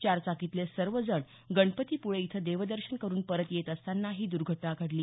चारचाकीतले सर्व जण गणपती पुळे इथं देवदर्शन करून परत येत असतांना ही दुर्घटना घडली